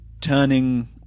turning